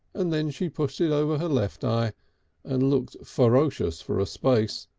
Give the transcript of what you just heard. and then she pushed it over her left eye and looked ferocious for a space,